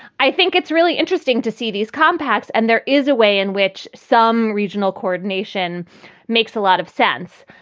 i think it's really interesting to see these compacts. and there is a way in which some regional coordination makes a lot of sense.